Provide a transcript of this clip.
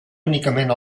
únicament